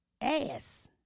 Ass